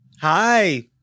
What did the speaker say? Hi